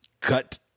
Cut